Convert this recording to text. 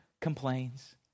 complains